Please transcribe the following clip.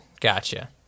Gotcha